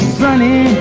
sunny